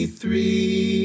three